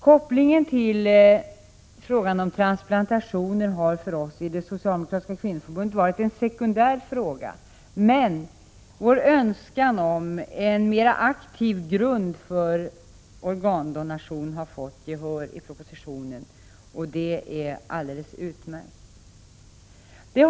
Kopplingen till frågan om transplantationer har för oss i det socialdemokratiska kvinnoförbundet varit sekundär. Men vår önskan om en mera aktiv grund för organdonation har vunnit gehör i propositionen, och det är alldeles utmärkt.